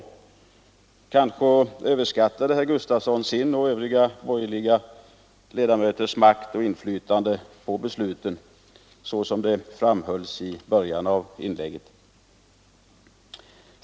Men kanske överskattade herr Gustafson sin och övriga borgerliga ledamöters makt och inflytande på besluten, som han talade om i början av inlägget.